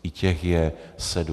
I těch je sedm.